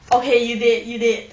okay you dead you dead